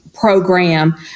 Program